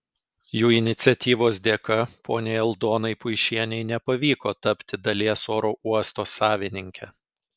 jų iniciatyvos dėka poniai aldonai puišienei nepavyko tapti dalies oro uosto savininke